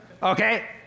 Okay